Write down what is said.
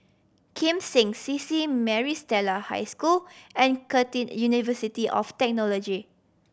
Kim Seng C C Maris Stella High School and Curtin University of Technology